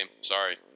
Sorry